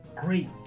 Great